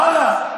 ברא.